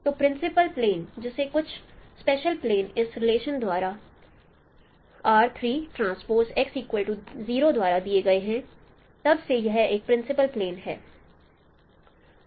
तो principal plane जैसे कुछ स्पेशल प्लेन इस रिलेशन द्वारा दिए गए हैं तब से यह एक प्रिंसिपल प्लेन है